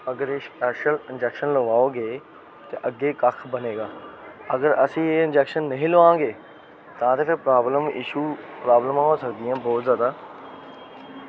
अगर एह् special injection लगवाओगे ते अग्गें कक्ख बनेगा अगर एह् इंजेक्शन नेईं लगवाओगे तां करियै प्रॉब्लम इश्यू प्रॉब्लमां होई सकदियां बहोत जादा